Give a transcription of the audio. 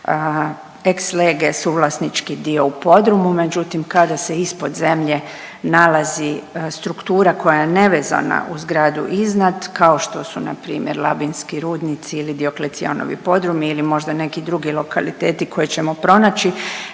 ima ex lege suvlasnički dio u podrumu, međutim kada se ispod zemlje nalazi struktura koja je nevezana uz zgradu iznad kao što su npr. Labinski rudnici ili Dioklecijanovi podrumi ili možda neki drugi lokaliteti koje ćemo pronaći,